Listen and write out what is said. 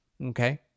Okay